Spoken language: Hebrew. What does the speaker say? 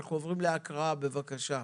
אנחנו עוברים להקראה, בבקשה.